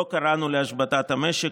לא קראנו להשבתת המשק,